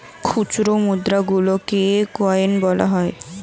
খুচরো মুদ্রা গুলোকে কয়েন বলা হয়